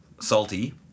salty